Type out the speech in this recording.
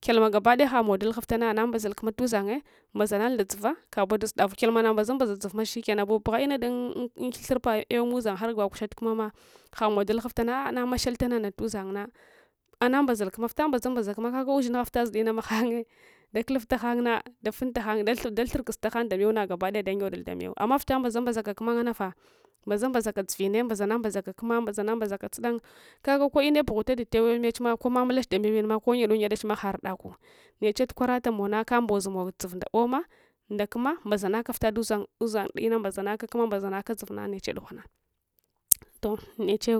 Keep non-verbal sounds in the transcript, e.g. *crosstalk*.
Kyalma gabadaya hamow dalugnuvl ans anambazal lanmma tuudzanye mbazanalnda dzovs kabon dazdaf kyalmanambaza mbiza dzovns shikenan bubagus inns dun thurbsla mazang har lwkushat kummamahamow dalughulans anamashal lanang muzangna anambazal kumma fita mbazambazal kumms kaga usingha *laughs* vita zu’na maghanye kuluftahanga dafunta hang dathurkufta hang ndamew nagabadaya dayudul ndamew amma vlta mba zambazaka kumma nganafah mbzambazaka dzuvinne mbazana mbazaka kumma mbazana mbazaka tsudan kage ko’nne bugh uta nda iwew mechma ko yaduyadach nda lwinma koyadunyadachma ha’urda ku neche tukwaratamowna kambos mow ndzov nda omah ndakumma mbazancka vita t' udzang, uzang dile mbazanaka kumma mbazanaka dzuvma neche dughwana toh neche